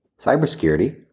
cybersecurity